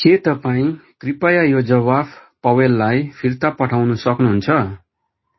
के तपाईँ कृपया यो जवाफ पवेललाई फिर्ता पठाउन सक्नुहुन्छ